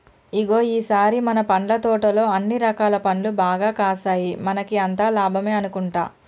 ఇగో ఈ సారి మన పండ్ల తోటలో అన్ని రకాల పండ్లు బాగా కాసాయి మనకి అంతా లాభమే అనుకుంటా